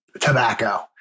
tobacco